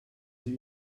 sie